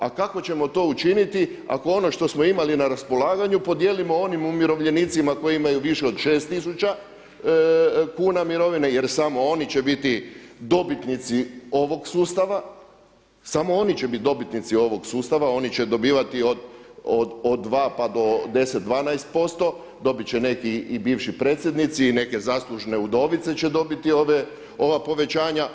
A kako ćemo to učiniti ako ono što smo imali na raspolaganju podijelimo onim umirovljenicima koji imaju više od šest tisuća kuna mirovine jer samo oni će biti dobitnici ovog sustava, samo oni će biti dobitnici ovog sustava, oni će dobivati od dva pa do 10, 12% dobit će neki i bivši predsjednici i neke zaslužne udovice će dobiti ova povećanja.